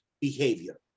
behavior